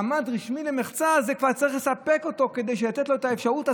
מעמד רשמי למחצה זה כבר צריך לספק אותו כדי לתת לו את האפשרות,